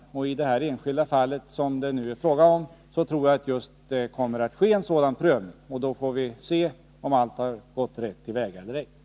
I det enskilda fall det nu är fråga om tror jag att just en sådan prövning kommer att göras, och då får vi se om allt har gått rätt till eller ej.